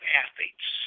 athletes